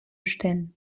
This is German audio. stellen